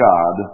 God